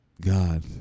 God